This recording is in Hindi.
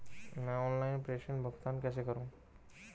मैं ऑनलाइन प्रेषण भुगतान कैसे करूँ?